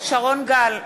שרון גל,